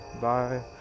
bye